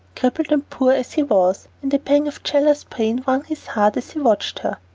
crippled and poor as he was, and a pang of jealous pain wrung his heart as he watched her.